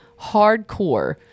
hardcore